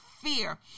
fear